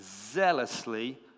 zealously